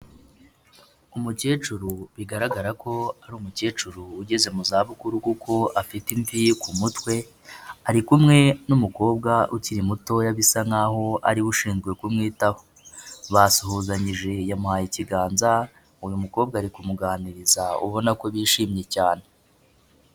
Umukecuru bigaragara ko ari umukecuru ugeze mu zabukuru kuko afite imvi ku mutwe, ari kumwe n'umukobwa ukiri mutoya bisa nkaho ariwe ushinzwe kumwitaho. basuhuzanyije yamuhaye ikiganza, uyu mukobwa ari kumuganiriza ubona ko bishimye cyane.